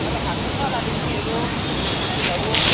तैँले त खाएको छैनस् होला सिन्कीहरू गुन्द्रुकहरू